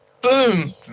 boom